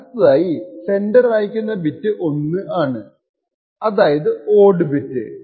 അടുത്തതായി സെൻഡർ അയക്കുന്ന ബിറ്റ് 1 ആണ് അതായത് ഓഡ്ഡ് ബിറ്റ്